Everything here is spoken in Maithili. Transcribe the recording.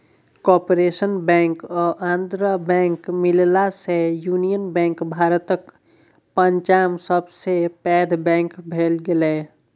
कारपोरेशन बैंक आ आंध्रा बैंक मिललासँ युनियन बैंक भारतक पाँचम सबसँ पैघ बैंक भए गेलै